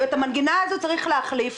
את המנגינה הזאת צריך להחליף.